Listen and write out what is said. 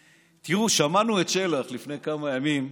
תראו, שמענו את שלח לפני כמה ימים,